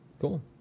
Cool